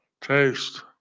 taste